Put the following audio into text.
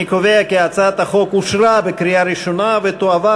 אני קובע כי הצעת החוק אושרה בקריאה ראשונה ותועבר